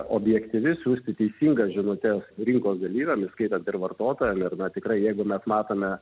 objektyvi siųsti teisingas žinutes rinkos dalyviam įskaitant ir vartotojam ir na tikrai jeigu mes matome